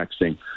texting